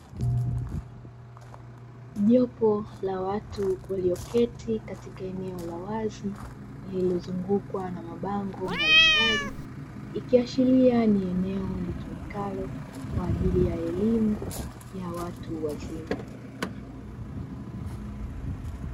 Jopo la watu walioketi katika eneo la wazi lililozunguukwa na mabango mbalimbali, ikiashiria ni eneo litumikalo kwa ajili ya elimu ya watu wazima.